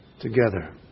together